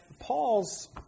Paul's